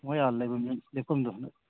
ꯃꯣꯏ ꯑꯥ ꯂꯩꯕꯝꯗꯣ ꯂꯦꯛꯐꯝꯗꯣ